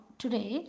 today